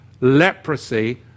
leprosy